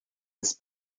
his